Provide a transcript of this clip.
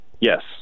Yes